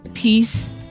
peace